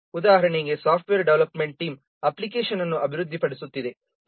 ಉದಾಹರಣೆಗೆ software development team application ಅನ್ನು ಅಭಿವೃದ್ಧಿಪಡಿಸುತ್ತಿದೆ